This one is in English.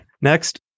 next